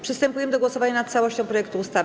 Przystępujemy do głosowania nad całością projektu ustawy.